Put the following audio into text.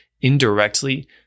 indirectly